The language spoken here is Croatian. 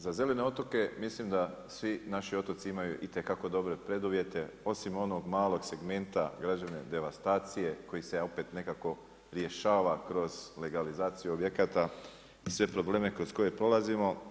Za zelene otoke mislim da svi naši otoci imaju itekako dobre preduvjete osim onog malog segmenta građevne devastacije koji se opet nekako rješava kroz legalizaciju objekata, sve probleme kroz koje prolazimo.